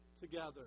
together